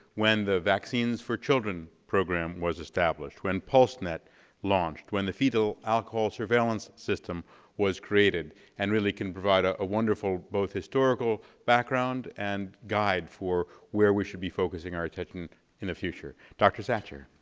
when the vaccines for children program was established, when pulsenet launched, when the fetal alcohol surveillance system was created and really can provide a wonderful both historical background and guide for where we should be focusing our attention in the future, dr. satcher.